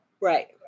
Right